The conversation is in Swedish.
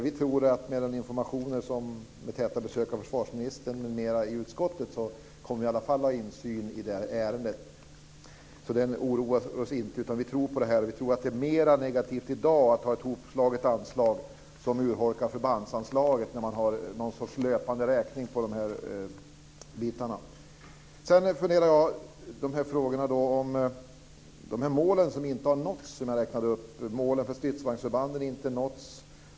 Vi tror att med täta besök av försvarsministern i utskottet m.m. kommer vi att ha insyn i det här ärendet. Det oroar oss inte. Vi tror på det här. Vi tror att det är mer negativt i dag att ha ett hopslaget anslag som urholkar förbandsanslaget genom att man har någon sorts löpande räkningar här. Sedan funderar jag på dessa mål som inte har nåtts som jag räknade upp. Målen för stridsvagnsförbanden har inte nåtts.